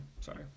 sorry